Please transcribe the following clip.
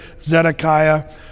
Zedekiah